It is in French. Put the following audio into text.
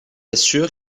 assure